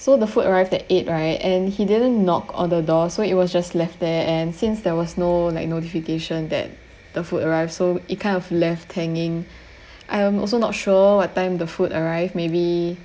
so the food arrived at eight right and he didn't knock on the door so it was just left there and since there was no like notification that the food arrived so it kind of left hanging I'm also not sure what time the food arrived maybe